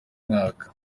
mwaka